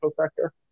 sector